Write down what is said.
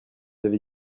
avez